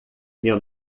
meu